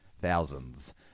thousands